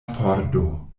pordo